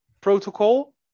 protocol